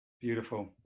Beautiful